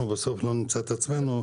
אנחנו בסוף לא נמצא את עצמנו,